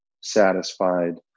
satisfied